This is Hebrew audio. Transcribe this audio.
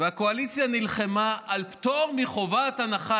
והקואליציה נלחמה על פטור מחובת הנחה,